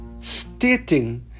stating